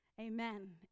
Amen